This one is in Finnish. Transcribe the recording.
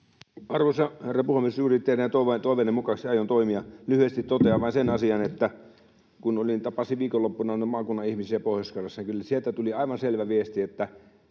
Juuri teidän toiveenne mukaisesti aion toimia. Lyhyesti totean vain sen asian, että kun tapasin viikonloppuna maakunnan ihmisiä Pohjois-Karjalassa, niin kyllä sieltä tuli aivan selvä viesti, että